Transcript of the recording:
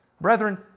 Brethren